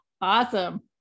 Awesome